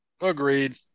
Agreed